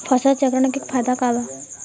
फसल चक्रण के फायदा का बा?